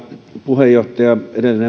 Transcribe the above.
puheenjohtaja edellinen